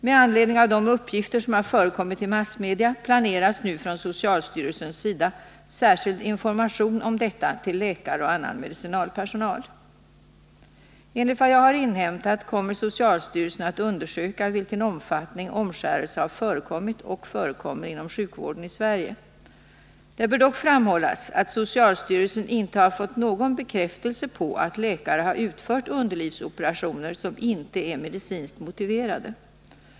Med anledning av de uppgifter som har förekommit i massmedia planeras nu från socialstyrelsens sida särskild information om detta till läkare och annan medicinalpersonal. Enligt vad jag har inhämtat kommer socialstyrelsen att undersöka i vilken omfattning omskärelse har förekommit och förekommer inom sjukvården i Sverige. Det bör dock framhållas att socialstyrelsen inte har fått någon bekräftelse på att läkare har utfört underlivsoperationer som inte är medicinskt motiverade.